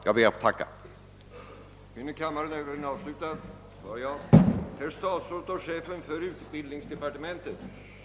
Jag ber att få tacka för det.